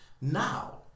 Now